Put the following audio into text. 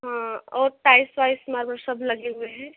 हँ और टाइल्स वाइल्स मार्बल सब लगे हुए हैं